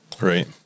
right